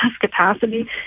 capacity